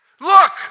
look